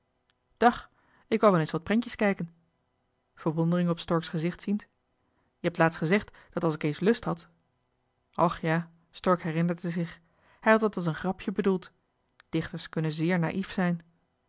dag ik wou wel eens wat prentjes kijken verwondering op stork's gezicht ziend je hebt laatst gezegd dat als ik eens lust had och ja stork herinnerde zich hij had het als een grapje bedoeld dichters kunnen zeer naïef zijn